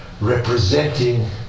representing